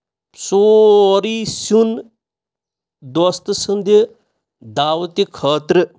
سورُے سیُن دوستہٕ سٕنٛدِ دعوتہِ خٲطرٕ